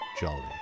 jolly